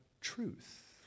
truth